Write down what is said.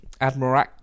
Admiral